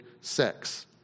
sex